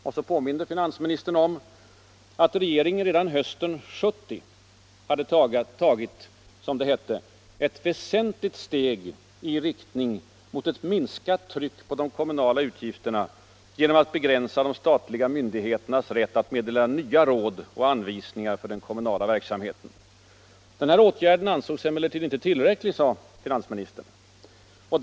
Vidare påminde finansminister Sträng om att regeringen redan hösten 1970 hade tagit — som det hette — ett väsentligt steg i riktning mot ett minskat tryck på de kommunala utgifterna genom att begränsa de statliga myndigheternas rätt att meddela nya råd och anvisningar för den kommunala verksamheten. Åtgärden ansågs emellertid inte tillräcklig, sade finansminister Sträng.